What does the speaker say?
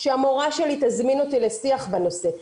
כשהמורה שלי תזמין אותי לשיח בנושא,